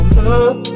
love